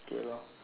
okay lor